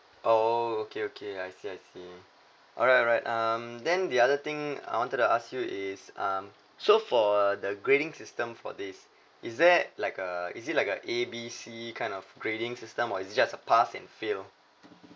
oh okay okay I see I see alright alright um then the other thing I wanted to ask you is um so for the grading system for this is there like a is it like a A B C kind of grading system or it's just a pass and fail